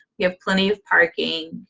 we have plenty of parking.